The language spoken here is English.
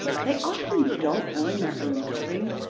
they often don't own their own building,